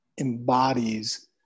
embodies